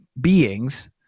beings